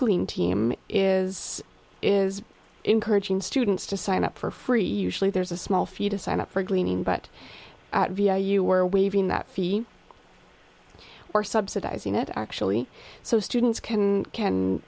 glean team is is encouraging students to sign up for free usually there's a small fee to sign up for gleaning but you were waving that field we're subsidizing it actually so students can